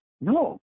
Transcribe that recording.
No